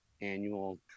annual